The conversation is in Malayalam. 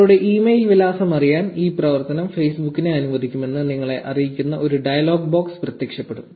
നിങ്ങളുടെ ഇമെയിൽ വിലാസം അറിയാൻ ഈ പ്രവർത്തനം Facebook നെ അനുവദിക്കുമെന്ന് നിങ്ങളെ അറിയിക്കുന്ന ഒരു ഡയലോഗ് ബോക്സ് പ്രത്യക്ഷപ്പെടും